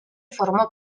formó